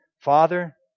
Father